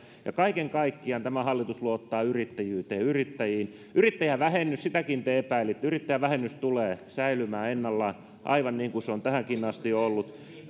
ja kaiken kaikkiaan tämä hallitus luottaa yrittäjyyteen yrittäjiin yrittäjävähennys sitäkin te epäilitte tulee säilymään ennallaan aivan niin kuin se on tähänkin asti ollut